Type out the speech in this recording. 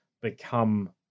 become